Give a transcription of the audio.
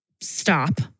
stop